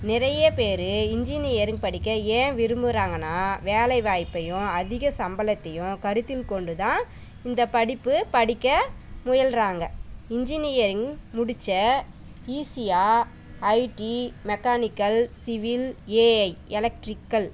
நிறைய பேர் இன்ஜினியரிங் படிக்க ஏன் விரும்புகிறாங்கன்னா வேலைவாய்ப்பையும் அதிக சம்பளத்தையும் கருத்தில் கொண்டு தான் இந்த படிப்பு படிக்க முயல்கிறாங்க இன்ஜினியரிங் முடிச்சா ஈஸியாக IT mechanical civil AI electrical